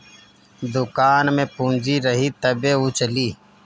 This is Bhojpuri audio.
दुकान में पूंजी रही तबे उ चली